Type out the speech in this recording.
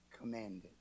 commanded